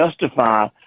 justify